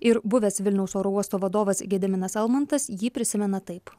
ir buvęs vilniaus oro uosto vadovas gediminas almantas jį prisimena taip